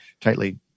tightly